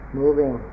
moving